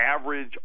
average